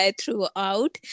throughout